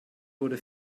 wurde